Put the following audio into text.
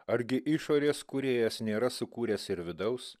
argi išorės kūrėjas nėra sukūręs ir vidaus